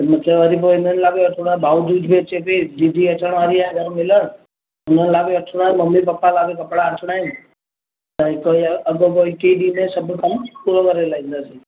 हिनखे वरी पोइ हिननि लाइ बि थोरा भाईदूज बि अचे थी दीदी अचणु वारी आहे घरु मिलण हिननि लाइ बि वठणा आहिनि मम्मी पप्पा लाइ बि वठणा आहिनि त कोई अॻो पोइ सभु खां पूरो करे लाईंदासीं